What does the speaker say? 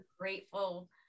grateful